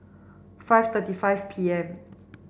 five thirty five P M